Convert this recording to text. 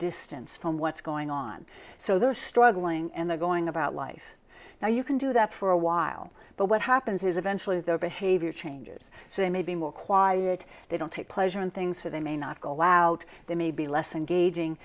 distance from what's going on so they're struggling and they're going about life now you can do that for a while but what happens is eventually their behavior changes so they may be more quiet they don't take pleasure in things so they may not call out they may be less engaging